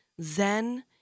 zen